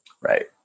Right